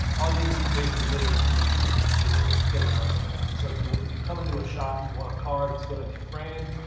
i'll use basically linear keys to get around some of that. so if you ah if you come into a shot, and you want a car that's going through frame,